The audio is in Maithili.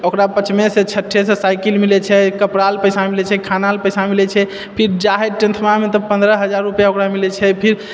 ओकरा पँचमेसँ छट्ठेसँ साइकिल मिलै छै कपड़ा लऽ पैसा मिलै छै खाना लऽ पैसा मिलै छै फिर जा हइ टेनथमामे तऽ पन्द्रह हजार ओकरा मिलै छै फिर